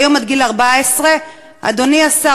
היום זה עד גיל 14. אדוני השר,